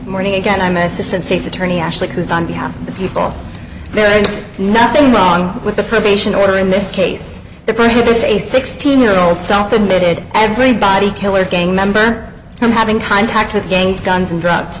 morning again i miss it state's attorney actually because on behalf of people there is nothing wrong with the probation order in this case that prohibits a sixteen year old self admitted everybody killer gang member from having contact with gangs guns and drugs